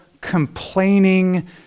complaining